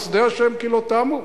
חסדי ה' כי לא תמו,